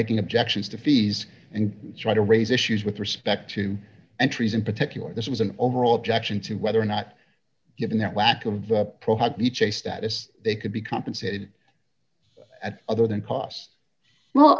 making objections to fees and try to raise issues with respect and trees in particular this is an overall objection to whether or not given that lack of a pro had each a status they could be compensated at other than cost well